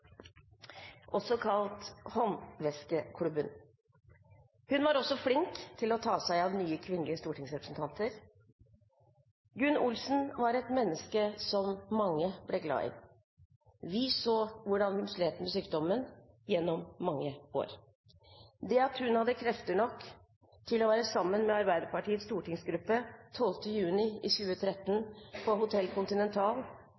også flink til å ta seg av nye, kvinnelige stortingsrepresentanter. Gunn Olsen var et menneske som mange ble glad i. Vi så hvordan hun slet med sykdommen gjennom mange år. Det at hun hadde krefter nok til å være sammen med Arbeiderpartiets stortingsgruppe 12. juni i